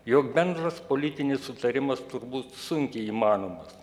jog bendras politinis sutarimas turbūt sunkiai įmanomas